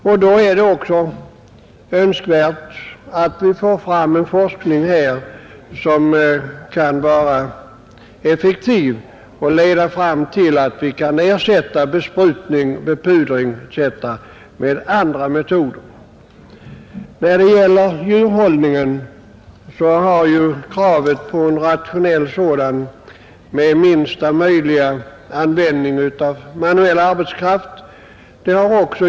Därför är det önskvärt att vi får fram en forskning, som kan vara effektiv och som kan leda fram till att vi kan ersätta besprutning, bepudring etc. med andra metoder. När det gäller djurhållningen har ju problem uppstått på grund av kravet på rationalitet och minsta möjliga användning av manuell arbetskraft.